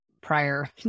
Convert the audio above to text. prior